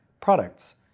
products